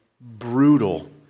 brutal